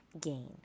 gain